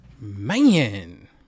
Man